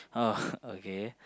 oh okay